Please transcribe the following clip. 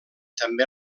també